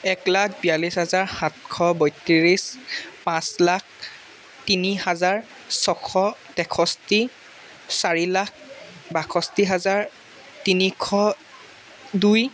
এক লাখ বিয়াল্লিছ হাজাৰ সাতশ বত্ৰিছ পাঁচ লাখ তিনি হাজাৰ ছয়শ তেষষ্ঠি চাৰি লাখ বাষষ্ঠি হাজাৰ তিনিশ দুই